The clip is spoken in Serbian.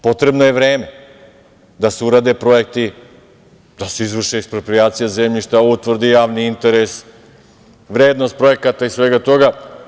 Potrebno je vreme da se urade projekti, da se izvrši eksproprijacija zemljišta, utvrdi javni interes, vrednost projekata i svega toga.